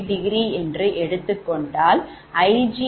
5∘ என்று எடுத்துக்கொண்டால் Ig1 −14∘